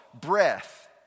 breath